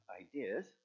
ideas